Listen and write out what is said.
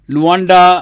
Luanda